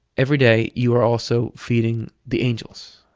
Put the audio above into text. every day you are also feeding the angels.